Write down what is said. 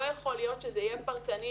לא יכול להיות שזה יהיה פרטני,